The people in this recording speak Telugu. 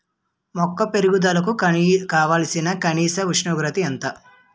మొక్క పెరుగుదలకు కావాల్సిన కనీస ఉష్ణోగ్రత ఎంత?